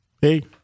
Hey